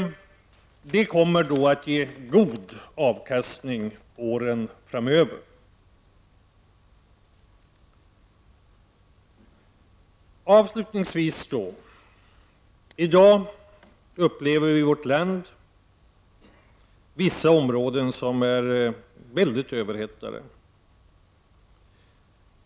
Det kommer då att ge god avkastning åren framöver. Avslutningsvis vill jag säga att situationen i vårt land i dag är sådan att vissa områden är mycket överhettade.